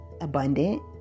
abundant